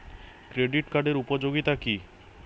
Credit কার্ডের উপযোগিতা কি?